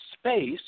space